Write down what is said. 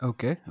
Okay